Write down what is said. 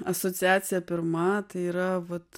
asociacija pirma tai yra vat